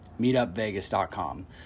meetupvegas.com